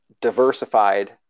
diversified